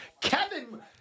Kevin